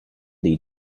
dei